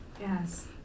Yes